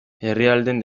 herrialdeen